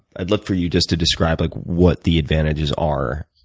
i'd love for you just to describe ah what the advantages are,